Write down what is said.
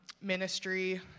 ministry